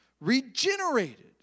regenerated